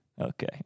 Okay